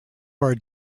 are